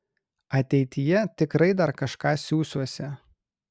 ateityje tikrai dar kažką siųsiuosi